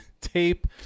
tape